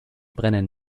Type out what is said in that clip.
brennen